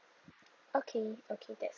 okay okay that's